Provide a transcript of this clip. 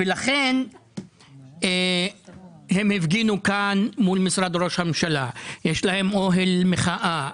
הם הפגינו מול משרד ראש הממשלה באוהל מחאה.